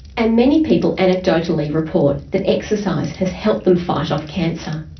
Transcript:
and many people anecdotally report that exercise has helped them fight off cancer.